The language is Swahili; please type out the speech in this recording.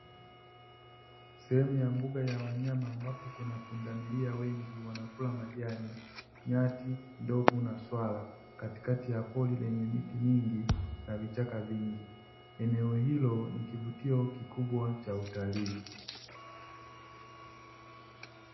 Sehemu ya mbuga ya wanyama, ambapo kuna pundamilia wengi wanakula majani, nyati, ndovu, na swala; katikati ya pori lenye miti mingi na vichaka vingi. Eneo hilo ni kivutio kikubwa cha utalii.